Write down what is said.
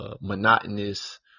monotonous